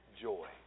joy